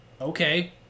Okay